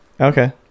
okay